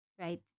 right